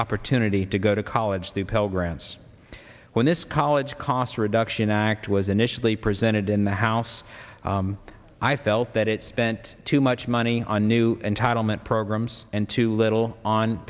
opportunity to go to college the pell grants when this college cost reduction act was initially presented in the house i felt that it spent too much money on new entitlement programs and too little on